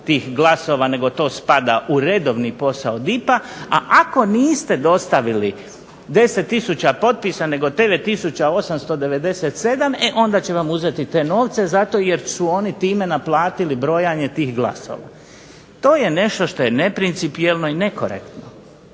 tih glasova nego to spada u redovni posao DIP-a, a ako niste dostavili 10 tisuća potpisa nego 9 897 e onda će vam uzeti te novce zato jer su oni time naplatili brojanje tih glasova. To je nešto što je neprincipijelno i nekorektno.